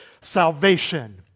salvation